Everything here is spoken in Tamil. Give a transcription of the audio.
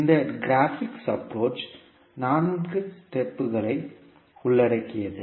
இந்த கிராஃபிகல் அப்புரோச் 4 ஸ்டெப் உள்ளடக்கியது